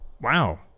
wow